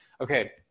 Okay